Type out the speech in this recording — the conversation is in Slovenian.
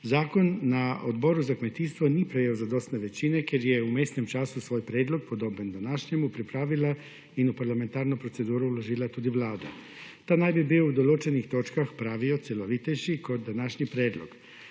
Zakon na Odboru za kmetijstvo ni prejel zadostne večine, ker je v vmesnem času svoj predlog, podoben današnjemu, pripravila in v parlamentarno proceduro vložila tudi Vlada. Ta naj bi bil v določenih točkah, pravijo, celovitejši kot današnji predlog.